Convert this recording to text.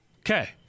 Okay